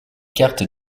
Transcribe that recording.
cartes